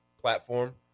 platform